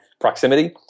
proximity